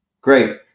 Great